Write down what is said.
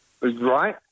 Right